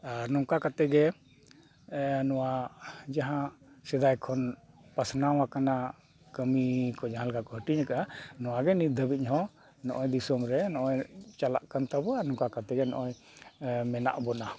ᱟᱨ ᱱᱚᱝᱠᱟ ᱠᱟᱛᱮᱫ ᱜᱮ ᱱᱚᱣᱟ ᱡᱟᱦᱟᱸ ᱥᱮᱫᱟᱭ ᱠᱷᱚᱱ ᱯᱟᱥᱱᱟᱣ ᱟᱠᱟᱱᱟ ᱠᱟᱹᱢᱤ ᱠᱚ ᱡᱟᱦᱟᱸ ᱞᱮᱠᱟ ᱠᱚ ᱦᱟᱹᱴᱤᱧ ᱟᱠᱟᱜᱼᱟ ᱚᱱᱟᱜᱮ ᱱᱤᱛ ᱫᱷᱟᱹᱵᱤᱡ ᱦᱚᱸ ᱱᱚᱜᱼᱚᱸᱭ ᱫᱤᱥᱚᱢ ᱨᱮ ᱱᱚᱜᱼᱚᱸᱭ ᱪᱟᱞᱟᱜ ᱠᱟᱱ ᱛᱟᱵᱚᱣᱟ ᱟᱨ ᱱᱚᱝᱠᱟ ᱠᱟᱛᱮᱫ ᱜᱮ ᱱᱚᱜᱼᱚᱸᱭ ᱢᱮᱱᱟᱜ ᱵᱚᱱᱟ